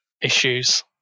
issues